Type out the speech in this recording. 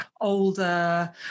older